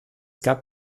gab